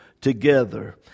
together